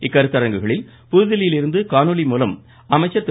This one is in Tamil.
இக்கருத்தரங்குகளில் புதுதில்லியில் இருந்து காணொலி மூலம் அமைச்சர் திரு